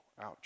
Ouch